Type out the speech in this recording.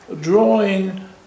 drawing